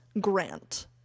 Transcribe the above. grant